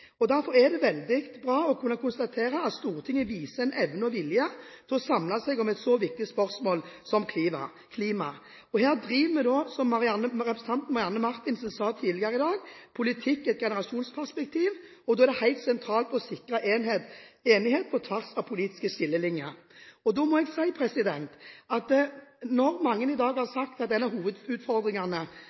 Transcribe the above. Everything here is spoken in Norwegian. meldingen. Derfor er det veldig bra å kunne konstatere at Stortinget viser en evne og vilje til å samle seg om et så viktig spørsmål som klima. Her driver vi – som representanten Marianne Marthinsen sa tidligere i dag – «politikk i et generasjonsperspektiv», og da er det helt sentralt å sikre enighet på tvers av politiske skillelinjer. Når mange i dag har sagt at en av hovedutfordringene er klimapolitikken, er det noe med at de prinsippene og den